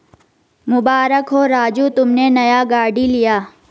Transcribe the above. मुबारक हो राजू तुमने नया गाड़ी लिया